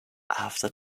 after